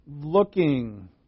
looking